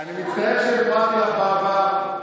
אני מצטער שהפרעתי לך בעבר.